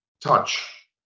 touch